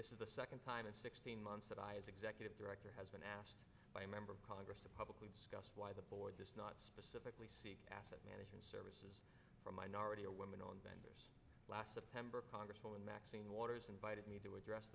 this is the second time in sixteen months that i as executive director has been asked by a member of congress to publicly discuss why the board does not specifically seek asset management services for minority or women on vendors last september congresswoman maxine waters invited me to address